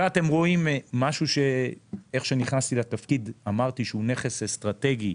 ואתם רואים משהו שאיך שנכנסתי לתפקיד אמרתי שהוא נכס אסטרטגי,